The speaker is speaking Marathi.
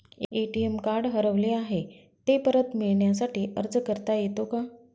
ए.टी.एम कार्ड हरवले आहे, ते परत मिळण्यासाठी अर्ज करता येतो का?